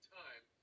time